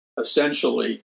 essentially